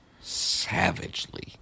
savagely